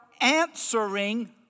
answering